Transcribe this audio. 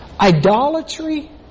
Idolatry